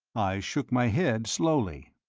i shook my head slowly.